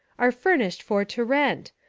are furnished for to rent.